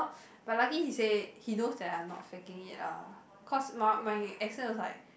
but lucky he say he knows that I'm not faking it ah cause my my accent was like